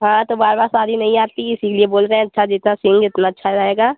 हाँ तो बार बार शादी नहीं आती है इसीलिए बोल रहे हैं अच्छा जितना सिऍंगे उतना अच्छा रहेगा